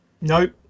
Nope